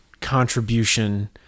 contribution